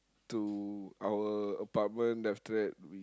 to our apartment then after that we